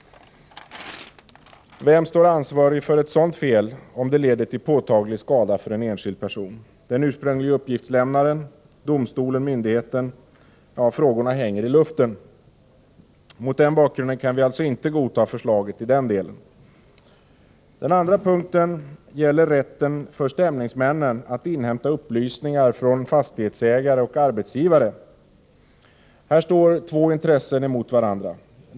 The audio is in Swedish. Vem står ansvarig för ett sådant fel om det leder till påtaglig skada för en enskild person — den ursprungliga uppgiftslämnaren, domstolen, myndigheten? Ja, frågorna hänger i luften. Mot denna bakgrund kan vi alltså inte godta förslagen i den delen. Den andra punkten gäller rätten för stämningsmännen att inhämta upplysningar från fastighetsägare och arbetsgivare. Här står två intressen mot varandra.